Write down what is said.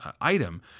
item